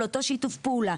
לאותו שיתוף פעולה,